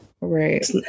right